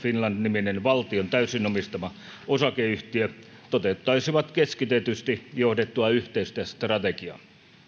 finland niminen valtion täysin omistama osakeyhtiö toteuttaisivat keskitetysti johdettua yhteistä strategiaa